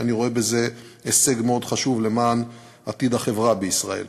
ואני רואה בזה הישג מאוד חשוב למען עתיד החברה בישראל.